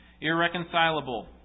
irreconcilable